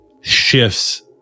shifts